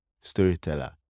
storyteller